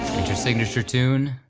signature tune,